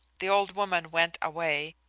the old woman went away,